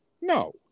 No